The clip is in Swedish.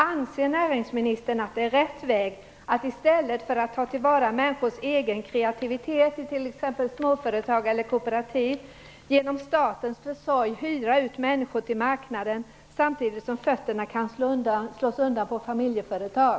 Anser näringsministern att det är rätt väg att i stället för att ta till vara människors egen kreativitet - i t.ex. småföretag eller kooperativ - genom statens försorg hyra ut människor till marknaden samtidigt som fötterna kan slås undan för familjeföretag?